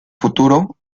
futuro